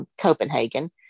Copenhagen